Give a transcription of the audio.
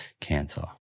cancer